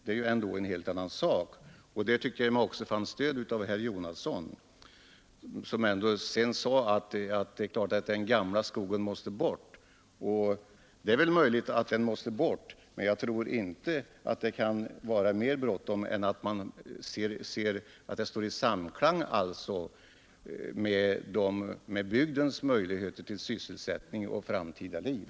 På den punkten tyckte jag mig o i få stöd av herr Jonasson, som sedan emellertid sade att det är klart att den gamla skogen måste bort. Det är möjligt att den måste bort, men jag tror inte att det kan vara mera bråttom än att man kan se till att det står i samklang med bygdens möjligheter till sysselsättning och framtida liv.